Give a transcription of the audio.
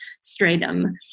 stratum